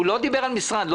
הוא לא דיבר על משרד ספציפי,